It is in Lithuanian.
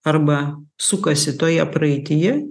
arba sukasi toje praeityje